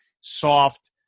soft